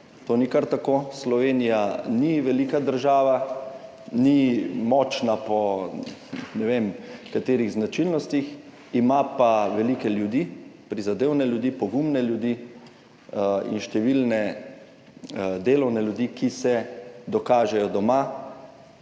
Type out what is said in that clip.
To ni kar tako. Slovenija ni velika država, ni močna po ne vem katerih značilnostih, ima pa velike ljudi, prizadevne ljudi, pogumne ljudi in številne delovne ljudi, ki se dokažejo doma